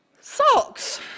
Socks